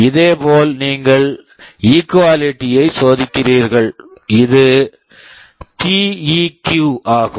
இதேபோல் நீங்கள் equality equality ஐ சோதிக்கிறீர்கள் இது டிஈகிவ் TEQ ஆகும்